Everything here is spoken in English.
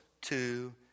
two